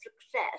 success